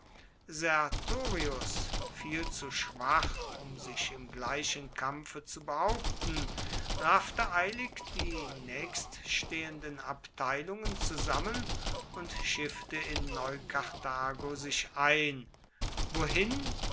sertorius viel zu schwach um sich im gleichen kampfe zu behaupten raffte eilig die nächststehenden abteilungen zusammen und schiffte in neukarthago sich ein wohin